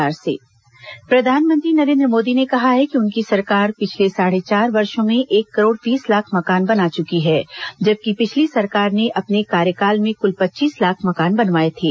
प्रधानमंत्री आवास प्रधानमंत्री नरेन्द्र मोदी ने कहा है कि उनकी सरकार पिछले साढ़े चार वर्षो में एक करोड़ तीस लाख मकान बना चुकी है जबकि पिछली सरकार ने अपने कार्यकाल में कुल पच्चीस लाख मकान बनवाये थे